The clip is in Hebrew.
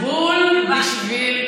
אז בול בשביל